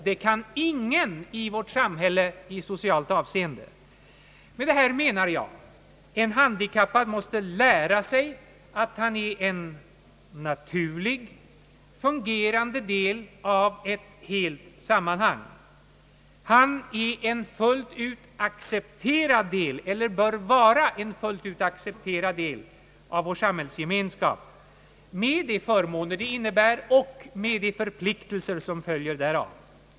Det kan inte någon i vårt samhälle i socialt avseende. En handikappad måste lära sig att han är en naturlig, fungerande del av ett helt sammanhang. Han är en fullt ut accepterad del, eller bör vara det, av vår samhällsgemenskap med de förmåner det innebär och med de förpliktelser som följer därav.